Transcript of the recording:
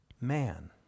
man